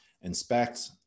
inspect